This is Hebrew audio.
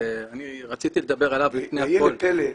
כי אני רציתי לדבר עליו לפני הכול --- והנה פלא,